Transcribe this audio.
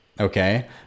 Okay